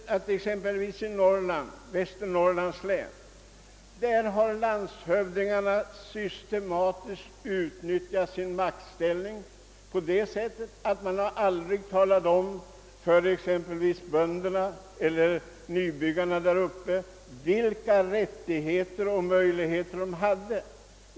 I t.ex. Västernorrlands län har landshövdingarna systematiskt kunnat utnyttja sin maktställning genom att de underlåtit att underrätta bönder och nybyggare om vilka rättigheter och möjligheter de hade.